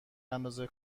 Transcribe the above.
اندازه